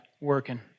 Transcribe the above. working